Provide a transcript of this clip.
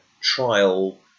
trial